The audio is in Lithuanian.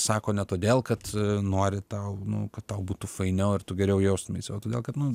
sako ne todėl kad nori tau nu tau būtų fainiau ir tu geriau jaustumeisi o todėl kad nu